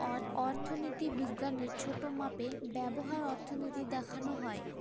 অর্থনীতি বিজ্ঞানের ছোটো মাপে ব্যবহার অর্থনীতি দেখানো হয়